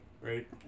Right